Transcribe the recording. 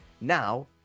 Now